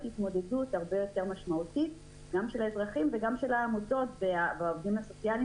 התמודדות משמעותית יותר של האזרחים ושל העמותות המסייעות,